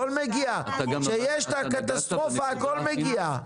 כשיש את הקטסטרופה הכל מגיע,